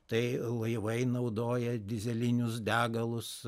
tai laivai naudoja dyzelinius degalus